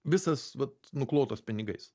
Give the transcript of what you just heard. visas vat nuklotas pinigais